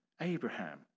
Abraham